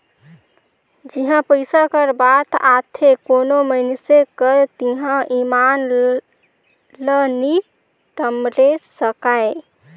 जिहां पइसा कर बात आथे कोनो मइनसे कर तिहां ईमान ल नी टमड़े सकाए